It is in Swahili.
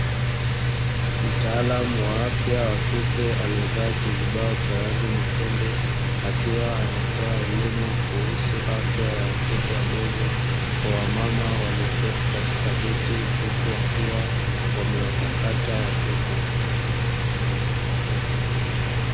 Mtaalamu wa afya wa kike aliyevaa kizibao cha rangi nyekundu, akiwa anatoa elimu kuhusu afya ya watoto wadogo, kwa wamama walioketi katika viti, huku wakiwa wamewapakata watoto.